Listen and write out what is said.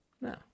No